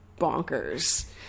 bonkers